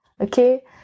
okay